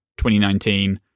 2019